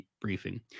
Briefing